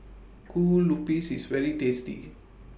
Kue Lupis IS very tasty